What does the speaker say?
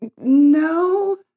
No